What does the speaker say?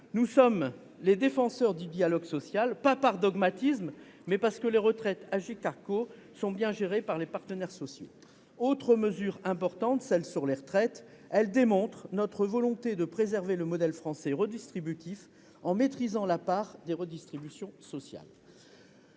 Nous sommes les défenseurs du dialogue social, non par dogmatisme, mais parce que les retraites Agirc-Arrco sont bien gérées par les partenaires sociaux. La seconde mesure, importante, est celle qui porte sur les retraites. Elle démontre notre volonté de préserver le modèle français redistributif en maîtrisant la part des redistributions sociales.